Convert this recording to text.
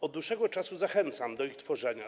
Od dłuższego czasu zachęcam do ich tworzenia.